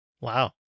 Wow